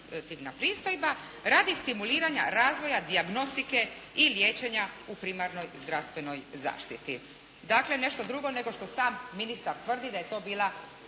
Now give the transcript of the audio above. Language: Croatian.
radi stimuliranja razvoja dijagnostike i liječenja u primarnoj zdravstvenoj zaštiti. Dakle, nešto drugo nego što sam ministar tvrdi da je to bila